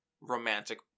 romantic